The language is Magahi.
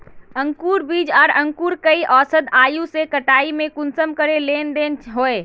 अंकूर बीज आर अंकूर कई औसत आयु के कटाई में कुंसम करे लेन देन होए?